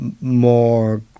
more